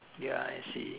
ya I see